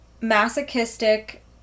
masochistic